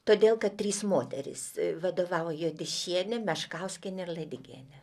todėl kad trys moterys vadovavo juodišienė meškauskienė ir ladigienė